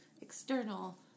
external